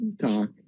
talk